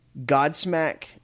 Godsmack